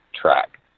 track